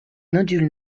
nodules